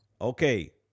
okay